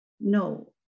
No